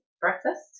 breakfast